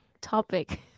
topic